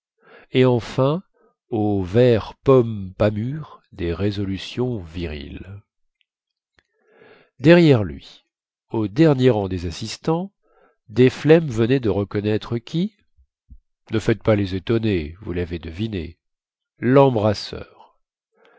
et enfin au vert pomme pas mûre des résolutions viriles derrière lui au dernier rang des assistants desflemmes venait de reconnaître qui ne faites pas les étonnés vous lavez deviné lembrasseur